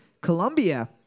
Colombia